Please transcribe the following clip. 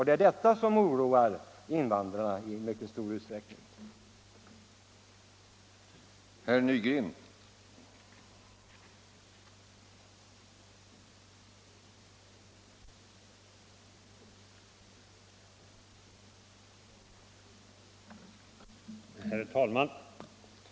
Det är det som i mycket stor utsträckning oroar invandrarna.